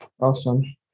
awesome